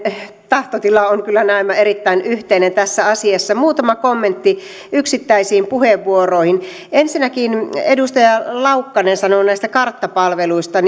tahtotilamme on kyllä näemmä erittäin yhteinen tässä asiassa muutama kommentti yksittäisiin puheenvuoroihin ensinnäkin edustaja laukkanen sanoi näistä karttapalveluista